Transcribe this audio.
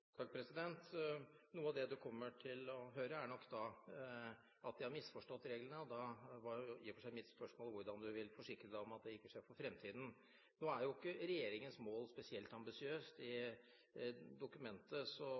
Noe av det du kommer til å høre, er nok da at de har misforstått reglene, og da er i og for seg mitt spørsmål hvordan du vil forsikre deg om at det ikke skjer for fremtiden. Nå er jo ikke regjeringens mål spesielt ambisiøst. I dokumentet